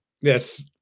Yes